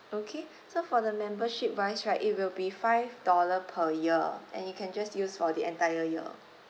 okay so for the membership wise right it will be five dollars per year and you can just use for the entire year